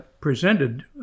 presented